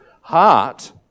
heart